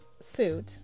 suit